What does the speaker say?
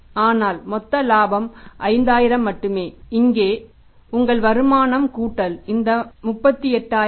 ஆனால் மொத்த இலாபம் 5000 மட்டுமே இங்கே உங்கள் வருமானம் கூட்டல் இந்த 38000